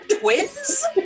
twins